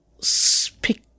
speak